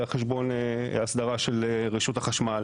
הסדרה של רשות החשמל,